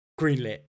greenlit